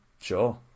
Sure